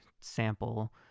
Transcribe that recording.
sample